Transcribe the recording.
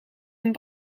een